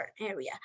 area